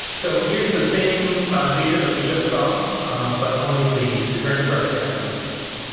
so here's the same data that we just saw but only in the the variance replicate estimates table.